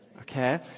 Okay